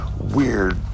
weird